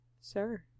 Sir